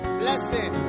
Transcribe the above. blessing